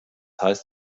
heißt